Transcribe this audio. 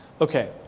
Okay